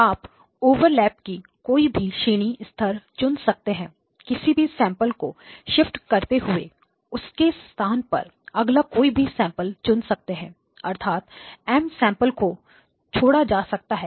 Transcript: आप ओवरलैप कि कोई भी श्रेणी स्तर चुन सकते हैं किसी भी सैंपल को शिफ्ट करते हुए उसके स्थान पर अगला कोई भी सैंपल चुन सकते हैं अर्थात M सैंपल्स को छोड़ा जा सकता है